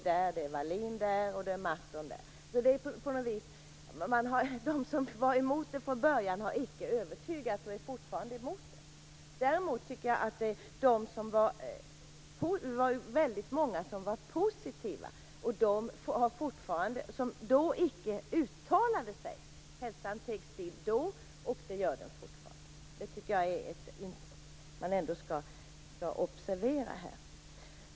De som var emot från början har icke övertygats om motsatsen och är alltså fortfarande kritiker. Väldigt många var positiva, men uttalade sig icke då. Hälsan teg still då, och det gör den nu också. Det tycker jag skall observeras här.